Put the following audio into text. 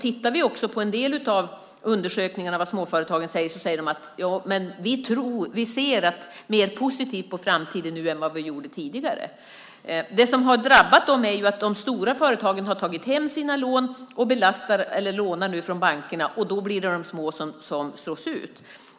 I en del av undersökningarna om vad man i småföretagen tycker säger de att de ser mer positivt på framtiden nu än de gjorde tidigare. Det som har drabbat dem är att de stora företagen har tagit hem sina lån och nu lånar från bankerna. Då blir det de små som slås ut.